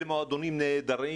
אלה מועדונים נהדרים